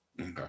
Okay